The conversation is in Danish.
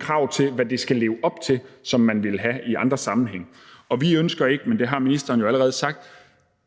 krav til, hvad det skal leve op til, som man ville have i andre sammenhænge. Og vi ønsker ikke – det har ministeren jo allerede sagt